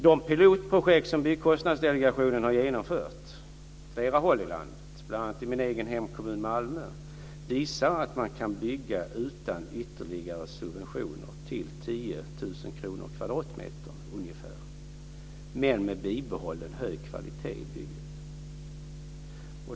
De pilotprojekt som Byggkostnadsdelegationen har genomfört på flera håll i landet, bl.a. i min hemkommun Malmö, visar att man kan bygga utan ytterligare subventioner till ungefär 10 000 kr per kvadratmeter men med bibehållen hög kvalitet i bygget.